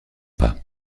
pas